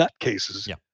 nutcases